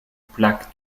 plaques